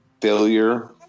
failure